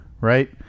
right